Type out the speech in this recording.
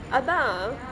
அதா:athaa